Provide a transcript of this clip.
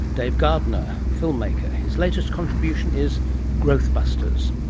dave gardner. filmmaker. his latest contribution is growthbusters.